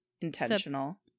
intentional